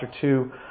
two